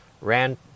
ran